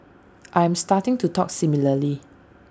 I am starting to talk similarly